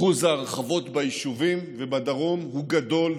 אחוז ההרחבות ביישובים ובדרום גדול,